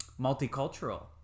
multicultural